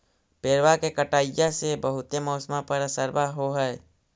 पेड़बा के कटईया से से बहुते मौसमा पर असरबा हो है?